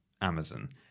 Amazon